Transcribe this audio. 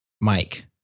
Mike